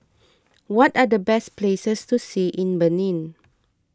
what are the best places to see in Benin